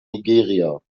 nigeria